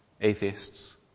atheists